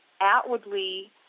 outwardly